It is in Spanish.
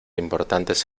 importantes